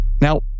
Now